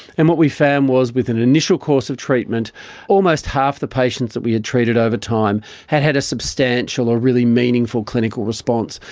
and what we found was with an initial course of treatment almost half the patients that we had treated over time had had a substantial or really meaningful clinical response,